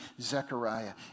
Zechariah